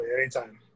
Anytime